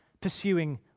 pursuing